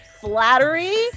flattery